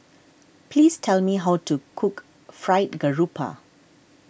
please tell me how to cook Fried Garoupa